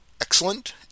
excellent